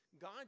God